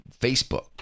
Facebook